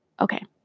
Okay